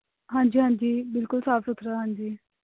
ਹਾਂਜੀ ਹਾਂਜੀ ਬਿਲਕੁਲ ਸਾਫ਼ ਸੁਥਰਾ ਹਾਂਜੀ